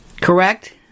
correct